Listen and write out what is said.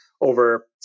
over